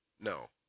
No